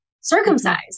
circumcised